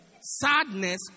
sadness